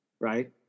right